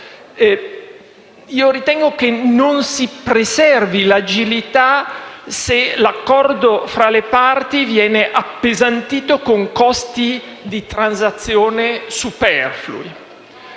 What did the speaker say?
sul punto che non si preserva l'agilità se l'accordo tra le parti viene appesantito con costi di transazione superflui.